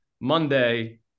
Monday